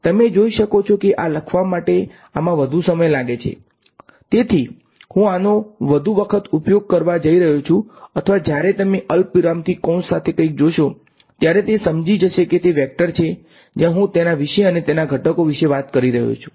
તમે જોઈ શકો છો કે આ લખવા માટે આમાં વધુ સમય લાગે છે તેથી હું આનો વધુ વખત ઉપયોગ કરવા જઈ રહ્યો છું અથવા જ્યારે તમે અલ્પવિરામથી કૌંસ સાથે કંઇક જોશો ત્યારે તે સમજી જશે કે તે વેક્ટર છે જ્યાં હું તેના વિશે અને તેના ઘટકો વિશે વાત કરી રહ્યો છું